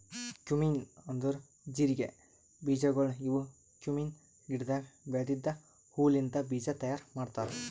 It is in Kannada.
ಕ್ಯುಮಿನ್ ಅಂದುರ್ ಜೀರಿಗೆ ಬೀಜಗೊಳ್ ಇವು ಕ್ಯುಮೀನ್ ಗಿಡದಾಗ್ ಬೆಳೆದಿದ್ದ ಹೂ ಲಿಂತ್ ಬೀಜ ತೈಯಾರ್ ಮಾಡ್ತಾರ್